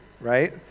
right